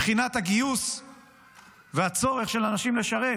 מבחינת הגיוס והצורך של האנשים לשרת